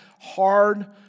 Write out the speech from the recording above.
hard